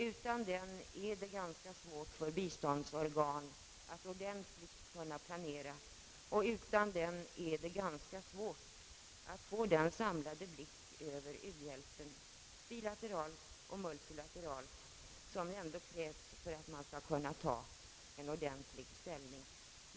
Utan någon planering är det ganska svårt för biståndsorganen att få den samlade överblick över den bilaterala och den multilaterala u-hjälpen som ändå krävs för att man skall kunna ta ställning i dessa frågor.